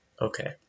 okay